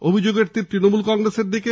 অভিযোগের তির তৃণমূল কংগ্রেসের দিকে